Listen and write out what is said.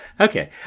Okay